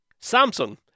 Samsung